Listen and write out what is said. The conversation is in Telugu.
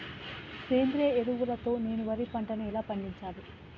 సేంద్రీయ ఎరువుల తో నేను వరి పంటను ఎలా పండించాలి?